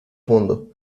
fondo